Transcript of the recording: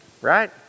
right